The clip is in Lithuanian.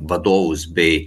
vadovus bei